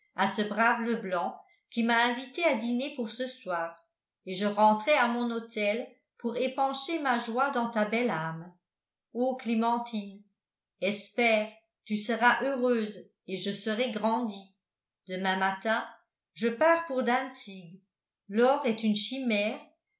à ce brave leblanc qui m'a invité à dîner pour ce soir et je rentrai à mon hôtel pour épancher ma joie dans ta belle âme ô clémentine espère tu seras heureuse et je serai grandi demain matin je pars pour dantzig l'or est une chimère